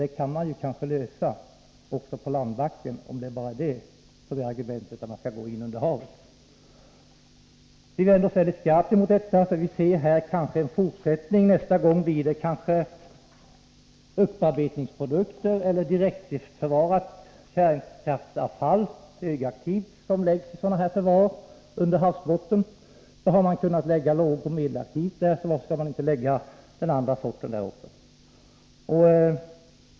Detta kan man kanske lösa även på landbacken, om det bara är detta som utgör argumentet för att gå in under havet. Vi vänder oss skarpt mot detta, för vi ser en fortsättning. Nästa gång blir det kanske fråga om upparbetningsprodukter eller högaktivt kärnkraftsavfall som läggs i sådana förvar under havsbotten. Har man kunnat lägga lågoch medelaktivt avfall där, så varför skulle man inte kunna lägga även de andra sorterna där?